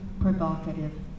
provocative